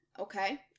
okay